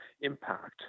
impact